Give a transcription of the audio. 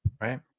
right